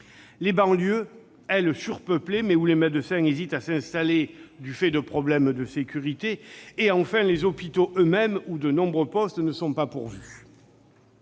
les banlieues, quant à elles surpeuplées, mais où les médecins hésitent à s'installer du fait de problèmes de sécurité ; enfin, les hôpitaux eux-mêmes où de nombreux postes ne sont pas pourvus.